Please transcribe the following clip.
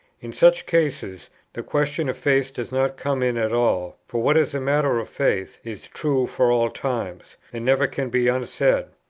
in such cases the question of faith does not come in at all for what is matter of faith is true for all times, and never can be unsaid.